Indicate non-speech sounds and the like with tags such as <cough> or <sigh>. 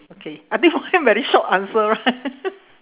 okay I think mine very short answer right <laughs>